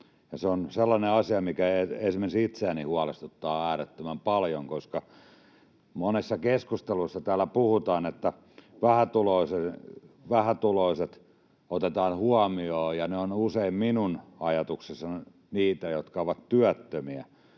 Se on sellainen asia, mikä esimerkiksi itseäni huolestuttaa äärettömän paljon, koska monessa keskustelussa täällä puhutaan, että vähätuloiset otetaan huomioon — ne ovat usein minun ajatuksissa niitä, jotka ovat työttömiä